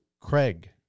Craig